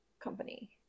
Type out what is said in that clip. company